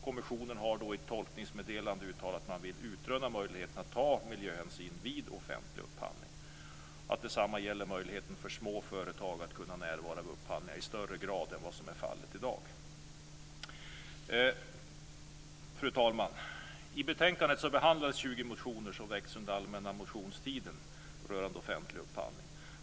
Kommissionen har i ett tolkningsmeddelande uttalat att man vill utröna möjligheterna att ta miljöhänsyn vid offentlig upphandling och att detsamma gäller möjligheten för små företag att närvara vid upphandling i högre grad än som i dag är fallet. Fru talman! I betänkandet behandlas 20 motioner som väckts under allmänna motionstiden och som rör offentlig upphandling.